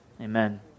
Amen